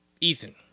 Ethan